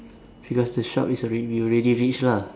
because the shop is already we already reach lah